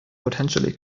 potentially